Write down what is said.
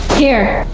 here!